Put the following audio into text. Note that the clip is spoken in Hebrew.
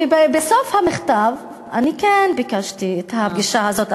בסוף המכתב אני כן ביקשתי את הפגישה הזאת,